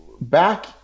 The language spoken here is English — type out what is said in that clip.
back